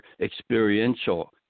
experiential